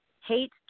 hate